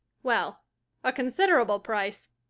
well a considerable price.